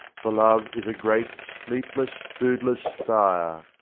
for love is a great sleepless, foodless fire.